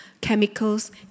chemicals